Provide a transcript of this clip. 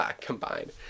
combined